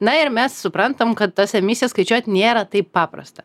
na ir mes suprantam kad tas emisijas skaičiuot nėra taip paprasta